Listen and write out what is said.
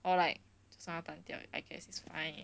or like 就算它断掉 I guess it's fine